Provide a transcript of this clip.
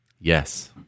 Yes